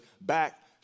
back